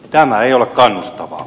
tämä ei ole kannustavaa